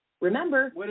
Remember